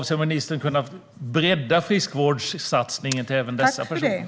Avser ministern att bredda friskvårdssatsningen till även dessa personer?